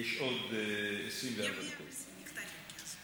יש עוד 24 דקות.